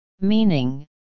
meaning